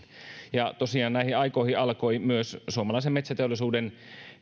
tosiaan näihin aikoihin alkoi myös suomalaisen metsäteollisuuden